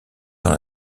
dans